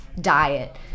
diet